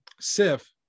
sif